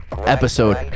episode